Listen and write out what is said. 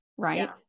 Right